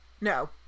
No